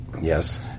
Yes